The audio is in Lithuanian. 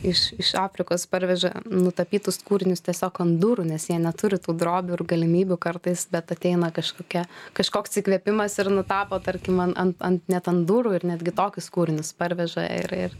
iš iš afrikos parveža nutapytus kūrinius tiesiog ant durų nes jie neturi tų drobių ir galimybių kartais bet ateina kažkokia kažkoks įkvėpimas ir nutapo tarkim man ant ant net ant durų ir netgi tokius kūrinius parveža ir ir